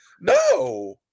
No